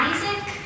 Isaac